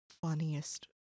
funniest